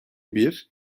bir